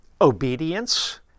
obedience